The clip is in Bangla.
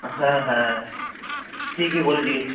হ্যাঁ হ্যাঁ ঠিকই বলেছিস